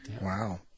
Wow